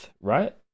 right